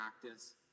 practice